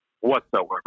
whatsoever